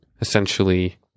essentially